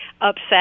upset